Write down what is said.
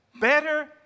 Better